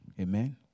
Amen